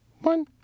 one